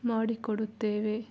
ಮಾಡಿ ಕೊಡುತ್ತೇವೆ